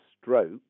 stroke